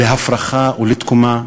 להפרחה ולתקומה?